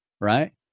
Right